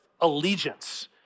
allegiance